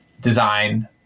design